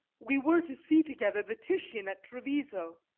we were to see together the titian at treviso